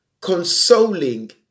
consoling